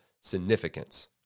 significance